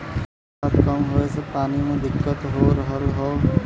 बरसात कम होए से पानी के दिक्कत हो रहल हौ